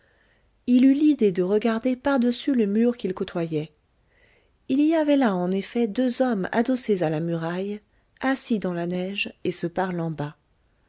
il eut l'idée de regarder par-dessus le mur qu'il côtoyait il y avait là en effet deux hommes adossés à la muraille assis dans la neige et se parlant bas